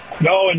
No